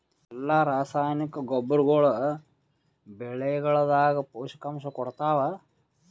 ಎಲ್ಲಾ ರಾಸಾಯನಿಕ ಗೊಬ್ಬರಗೊಳ್ಳು ಬೆಳೆಗಳದಾಗ ಪೋಷಕಾಂಶ ಕೊಡತಾವ?